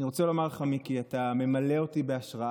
אני רוצה לומר לך, מיקי, אתה ממלא אותי בהשראה